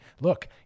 Look